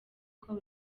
uko